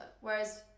Whereas